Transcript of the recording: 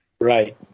Right